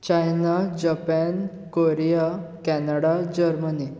China Japan Korea Canada Germany